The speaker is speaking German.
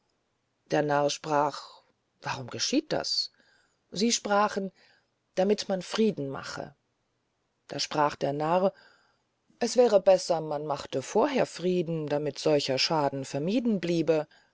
der narr sprach warum geschieht das sie sprachen damit man frieden mache da sprach der narr es wäre besser man machte vorher frieden damit solcher schaden vermieden bliebe